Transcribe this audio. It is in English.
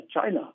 China